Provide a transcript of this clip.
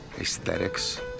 aesthetics